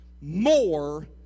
more